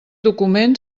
document